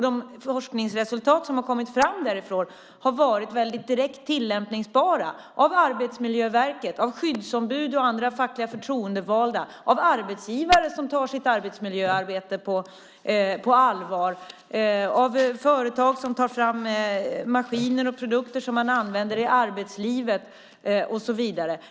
De forskningsresultat som har kommit fram därifrån har varit direkt tillämpningsbara av Arbetsmiljöverket, av skyddsombud och andra fackliga förtroendevalda, av arbetsgivare som tar sitt arbetsmiljöarbete på allvar, av företag som tar fram maskiner och produkter som man använder i arbetslivet, och så vidare.